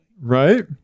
Right